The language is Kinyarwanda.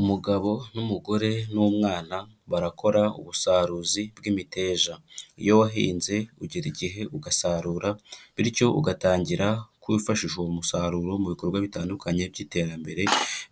Umugabo n'umugore n'umwana barakora ubusaruzi bw'imiteja, iyo wahinze ugera igihe ugasarura bityo ugatangira kuwifashisha uwo musaruro mu bikorwa bitandukanye by'iterambere,